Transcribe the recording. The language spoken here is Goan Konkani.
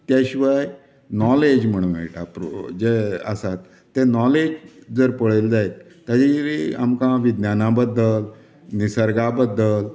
त्या शिवाय नाॅलेज म्हण मेळटा जे आसात तें नाॅलेज जर पळयलें जायत ताजी जी आमकां विज्ञाना बद्दल निसर्गा बद्दल